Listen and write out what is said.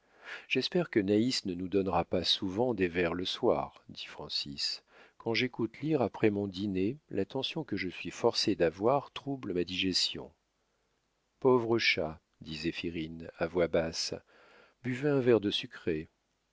j'espère que naïs ne nous donnera pas souvent des vers le soir dit francis quand j'écoute lire après mon dîner l'attention que je suis forcé d'avoir trouble ma digestion pauvre chat dit zéphirine à voix basse buvez un verre d'eau sucrée